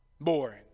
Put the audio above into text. boring